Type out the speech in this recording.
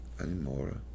anymore